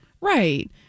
Right